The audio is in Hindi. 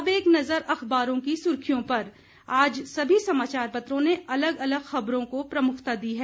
अब एक नजर अखबारों की सुर्खियों पर आज सभी समाचार पत्रों ने अलग अलग खबरों को प्रमुखता दी है